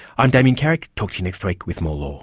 i'm damien carrick, talk to you next week with more law